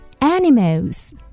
animals